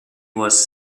was